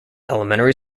elementary